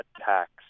attacks